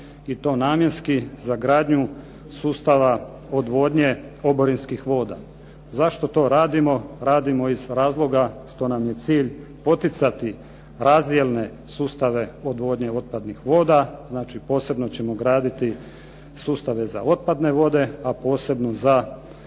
I to namjenski za gradnju sustava odvodnje oborinskih voda. Zašto to radimo? Radimo iz razloga što nam je cilj poticati razdjelne sustave odvodnje otpadnih voda. Znači posebno ćemo graditi sustave za otpadne vode, a posebno za oborinske